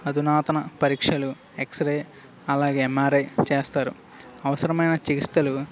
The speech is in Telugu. అధునాతన పరీక్షలు ఎక్సరే అలాగే ఎంఆర్ఐ చేస్తారు అవసరమైన చికిత్సలు